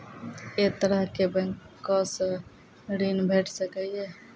ऐ तरहक बैंकोसऽ ॠण भेट सकै ये?